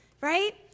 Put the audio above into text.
right